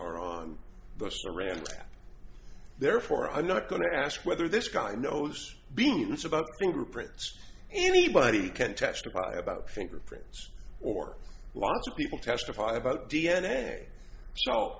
are on the so random therefore i'm not going to ask whether this guy knows beans about fingerprints anybody can testify about fingerprints or lots of people testify about d